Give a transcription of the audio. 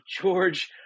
George